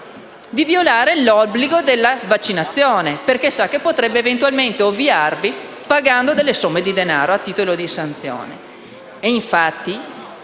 di violare l'obbligo della vaccinazione, perché sa che potrebbe eventualmente ovviarvi pagando delle somme di denaro a titolo di sanzione. Infatti,